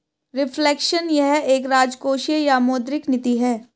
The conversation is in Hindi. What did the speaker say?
रिफ्लेक्शन यह एक राजकोषीय या मौद्रिक नीति है